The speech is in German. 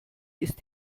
ist